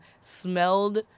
smelled